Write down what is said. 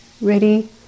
ready